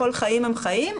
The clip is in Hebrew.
כל חיים הם חיים,